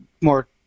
more